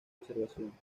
observación